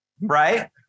right